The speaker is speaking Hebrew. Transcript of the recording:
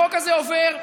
החוק הזה עובר בגללכם.